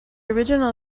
original